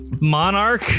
Monarch